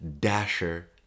dasher